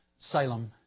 Salem